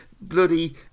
bloody